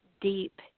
deep